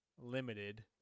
limited